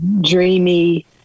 dreamy